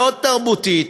מאוד תרבותית,